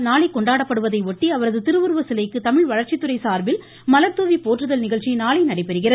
சா ன் பிறந்தநாள் நாளை கொண்டாடப்படுவதையொட்டி அவரது திருவுருவச்சிலைக்கு தமிழ் வளர்ச்சித்துறை சார்பில் மலர் தூவி போற்றுதல் நிகழ்ச்சி நாளை நடைபெறுகிறது